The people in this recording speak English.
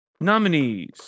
Nominees